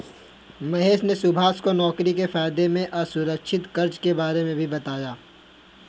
महेश ने सुभाष को नौकरी से फायदे में असुरक्षित कर्ज के बारे में भी बताया